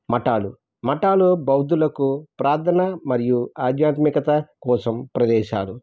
మఠాలు మఠాలు బౌద్ధులకు ప్రార్ధన మరియు ఆధ్యాత్మికత కోసం ప్రదేశాలు